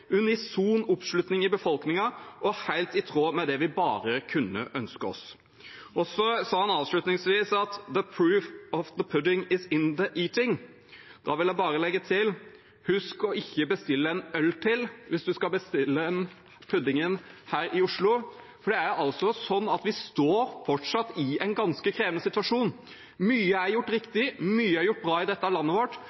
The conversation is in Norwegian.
oppslutning i befolkningen» og «helt i tråd med det vi kan ønske oss». Så sa han avslutningsvis at «the proof of the pudding is in the eating». Da vil jeg bare legge til: Husk å ikke bestille en øl til hvis du skal bestille den puddingen her i Oslo, for det er altså sånn at vi fortsatt står i en ganske krevende situasjon. Mye er gjort